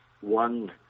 one